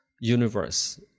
universe